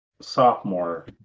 sophomore